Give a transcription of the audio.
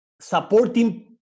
supporting